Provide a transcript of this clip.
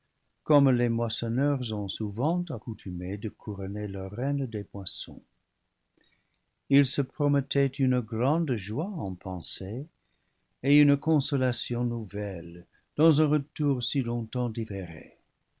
comme les moissonneurs ont souvent accoutumé de couronner leur reine des moissons il se promettait une grande joie en pensée et une consolation nouvelle dans un retour si longtemps différé